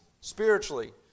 spiritually